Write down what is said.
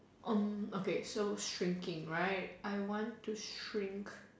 um okay so shrinking right I want to shrink